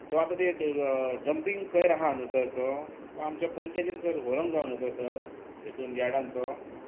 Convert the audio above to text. so आतां तें dumping कोयर आसा न्हय सर तो तो आमच्या पंचायतीन सर व्हरूंक जाय न्हय तो सर हातूंत यार्डान तो